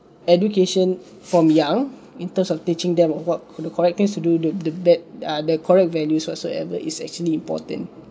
education from young in terms of teaching them what the correct things to do the the bad uh the correct values so whatsoever is actually important